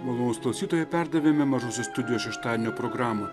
malonūs klausytojai perdavėme mažosios studijos šeštadienio programą